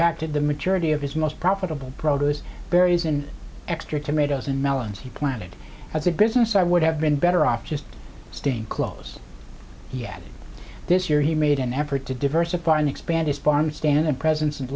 impacted the majority of his most profitable produce berries in extra tomatoes and melons he planted at the goodness i would have been better off just staying close yet this year he made an effort to diversify and expand his farm stand and presence and